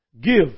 give